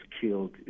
killed